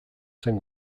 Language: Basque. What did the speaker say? zen